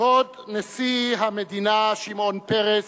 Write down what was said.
כבוד נשיא המדינה שמעון פרס,